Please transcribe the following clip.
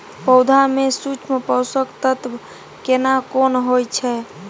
पौधा में सूक्ष्म पोषक तत्व केना कोन होय छै?